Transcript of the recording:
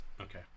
Okay